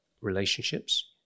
relationships